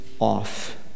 Off